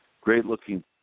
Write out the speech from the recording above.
great-looking